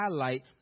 highlight